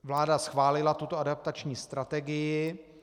Vláda schválila tuto adaptační strategii.